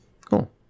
Cool